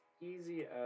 easy